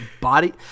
body